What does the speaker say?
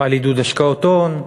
על עידוד השקעות הון,